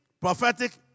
prophetic